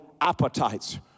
appetites